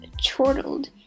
chortled